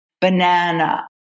banana